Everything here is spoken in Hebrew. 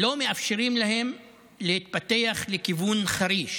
לא מאפשרים להם להתפתח לכיוון חריש,